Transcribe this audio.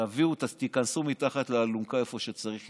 תיכנסו מתחת לאלונקה איפה שצריך.